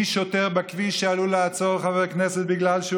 משוטר בכביש שעלול לעצור חבר כנסת בגלל שהוא